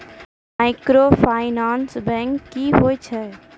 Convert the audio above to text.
Microfinance bank की होय छै?